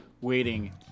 waiting